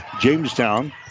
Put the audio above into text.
Jamestown